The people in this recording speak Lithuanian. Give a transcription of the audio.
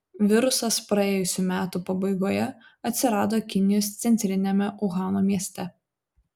virusas praėjusių metų pabaigoje atsirado kinijos centriniame uhano mieste